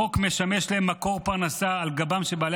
החוק משמש להם מקור פרנסה על גבם של בעלי